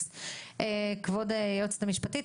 כבוד היועצת המשפטית,